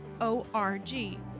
O-R-G